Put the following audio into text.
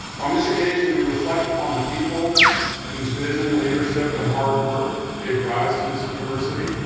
on this occasion, we reflect upon the people whose vision, leadership, and hard work gave rise to this university,